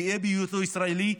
גאה בהיותו ישראלי,